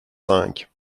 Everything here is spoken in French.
cinq